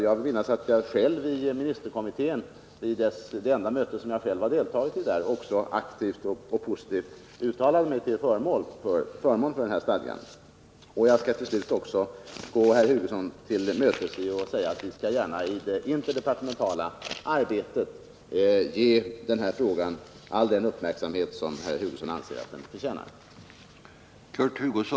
Jag vill minnas att jag vid det enda möte med ministerkommittén som jag själv har deltagit i också aktivt och positivt uttalade mig till förmån för den här stadgan. Jag skall till slut också gå herr Hugosson till mötes genom att säga att vi gärna också i det interdepartementala arbetet skall ägna denna fråga all den uppmärksamhet som herr Hugosson anser att den förtjänar.